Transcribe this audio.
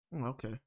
okay